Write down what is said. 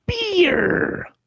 Beer